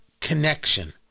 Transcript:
connection